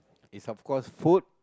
is of course food